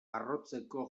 arrotzeko